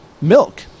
milk